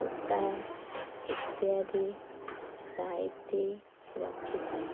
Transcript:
କୁଟା ଇତ୍ୟାଦି ସାଇତି ରଖିଥାଉ